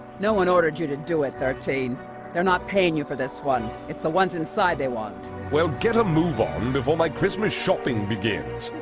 no one ordered you to do it thirteen they're not paying you for this one. it's the ones inside. they want well get a move on before my christmas shopping did